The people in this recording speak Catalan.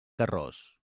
carròs